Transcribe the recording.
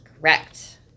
Correct